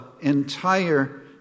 entire